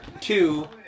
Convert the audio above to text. Two